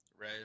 right